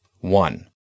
One